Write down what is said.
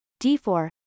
D4